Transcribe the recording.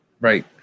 Right